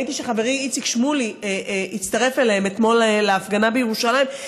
ראיתי שחברי איציק שמולי הצטרף אליהם אתמול להפגנה בירושלים.